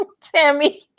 Tammy